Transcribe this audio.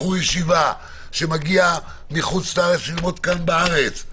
בחור ישיבה שמגיע מחו"ל ללמוד כאן בארץ,